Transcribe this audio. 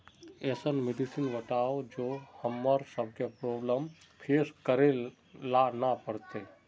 ऐसन मेडिसिन बताओ जो हम्मर सबके प्रॉब्लम फेस करे ला ना पड़ते?